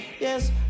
Yes